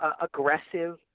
aggressive